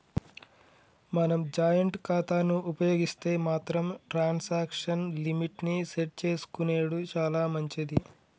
మనం జాయింట్ ఖాతాను ఉపయోగిస్తే మాత్రం ట్రాన్సాక్షన్ లిమిట్ ని సెట్ చేసుకునెడు చాలా మంచిది